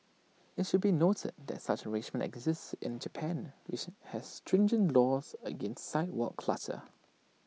IT should be noted that such an arrangement exists in Japan which has stringent laws against sidewalk clutter